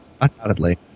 undoubtedly